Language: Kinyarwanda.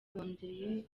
bongeye